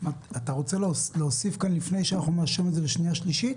רוצה להוסיף לפני שאנחנו מאשרים את זה לשנייה ושלישית?